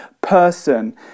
person